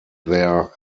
there